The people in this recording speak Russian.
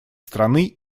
страны